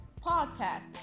Podcast